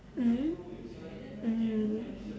mmhmm mmhmm